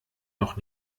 noch